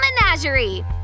Menagerie